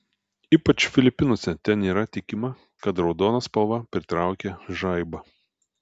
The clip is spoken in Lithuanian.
ypač filipinuose ten yra tikima kad raudona spalva pritraukia žaibą